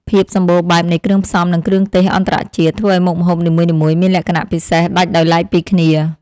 ភាពសម្បូរបែបនៃគ្រឿងផ្សំនិងគ្រឿងទេសអន្តរជាតិធ្វើឱ្យមុខម្ហូបនីមួយៗមានលក្ខណៈពិសេសដាច់ដោយឡែកពីគ្នា។